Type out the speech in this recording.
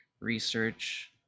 research